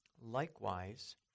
likewise